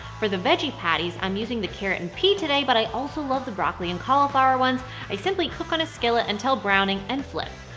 for the veggie patties i'm using the carrot and pea today but i also love the broccoli and cauliflower ones i simply cook on a skillet until browning and flip.